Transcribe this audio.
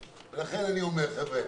לכן, חברים.